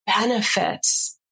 benefits